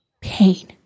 Pain